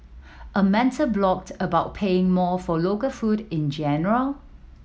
a mental block about paying more for local food in general